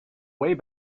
way